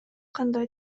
кандай